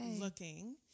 looking